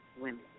women